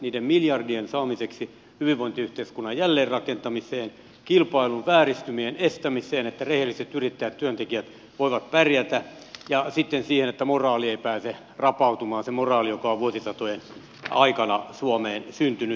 niiden miljardien saamiseksi hyvinvointiyhteiskunnan jälleenrakentamiseen kilpailun vääristymien estämiseksi että rehelliset yrittäjät työntekijät voivat pärjätä ja sitten siihen että moraali ei pääse rapautumaan se moraali joka on vuosisatojen aikana suomeen syntynyt